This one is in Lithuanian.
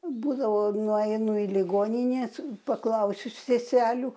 būdavo nueinu į ligonines paklausiu seselių